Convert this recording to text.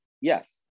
yes